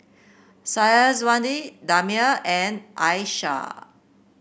Syazwani Damia and Aisyah